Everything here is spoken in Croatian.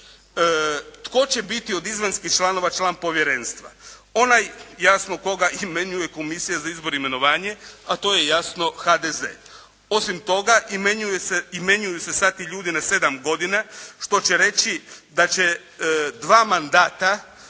Tko će biti od izvanjskih članova član povjerenstva? Onaj, jasno, koga imenuje Komisija za izbor i imenovanje, a to je jasno HDZ. Osim toga, imenuju se sad ti ljudi na sedam godina, top će reći da će dva mandata